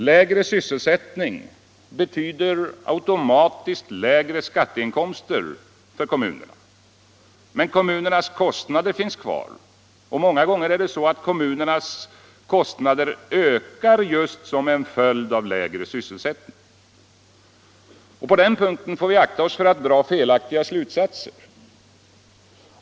Lägre sysselsättning betyder automatiskt lägre skatteinkomster för kommunerna, men kommunernas kostnader finns kvar, och många gånger ökar dessa just som en följd av lägre sysselsättning. På den punkten får vi akta oss för att dra felaktiga slutsatser.